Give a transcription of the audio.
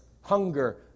hunger